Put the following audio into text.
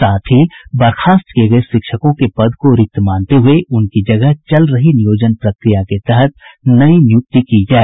साथ ही बर्खास्त किये गये शिक्षकों के पद को रिक्त मानते हुए उनकी जगह चल रही नियोजन प्रक्रिया के तहत नयी नियुक्ति की जाए